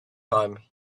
time